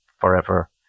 forever